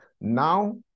Now